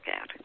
out